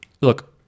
Look